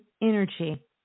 energy